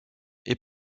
est